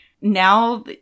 Now